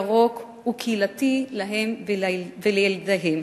ירוק וקהילתי להם ולילדיהם.